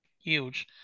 huge